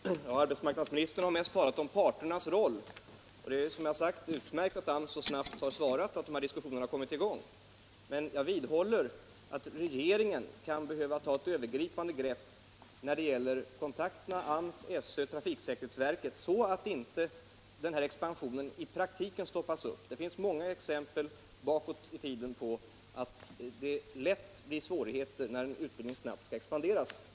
Herr talman! Arbetsmarknadsministerns svar har mest berört arbetsmarknadsparternas roll. Det är, som jag sagt, utmärkt att AMS så snabbt svarat och att dessa diskussioner kommit i gång. Men jag vidhåller att regeringen kan behöva vidta mera övergripande åtgärder när det gäller kontakterna med AMS, SÖ och trafiksäkerhetsverket, så att inte expansionen i praktiken stoppas. Det finns många exempel från tidigare år på att det lätt blir svårigheter när en utbildning snabbt skall expanderas.